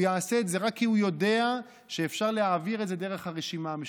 הוא יעשה את זה רק כי הוא יודע שאפשר להעביר את זה דרך הרשימה המשותפת.